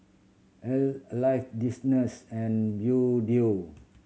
Alive and Bluedio